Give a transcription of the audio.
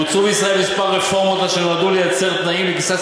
בוצעו בישראל כמה רפורמות אשר נועדו לייצר תנאים לכניסת